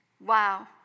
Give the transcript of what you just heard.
wow